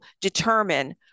determine